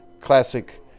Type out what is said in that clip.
classic